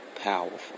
powerful